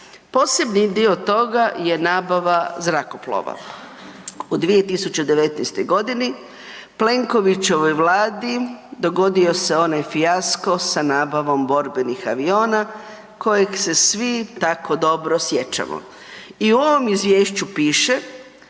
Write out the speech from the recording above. Posebni dio toga je nabava zrakoplova. Od 2019. g. Plenkovićevoj Vladi dogodio se onaj fijasko sa nabavom borbenih aviona kojeg se svi tako dobro sjećamo. I u ovom Izvješću piše